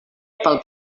pel